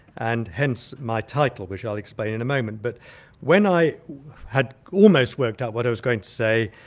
and hence my title, which i'll explain in a moment. but when i had almost worked out what i was going to say,